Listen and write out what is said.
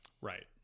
right